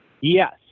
Yes